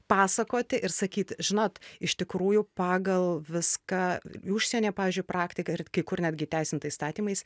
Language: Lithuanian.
pasakoti ir sakyti žinot iš tikrųjų pagal viską į užsienį pavyzdžiui praktiką ir kai kur netgi įteisinta įstatymais